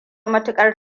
matuƙar